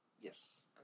Yes